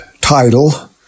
title